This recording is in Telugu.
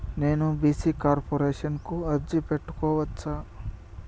నేను బీ.సీ కార్పొరేషన్ కు అర్జీ పెట్టుకోవచ్చా?